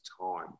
time